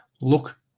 Look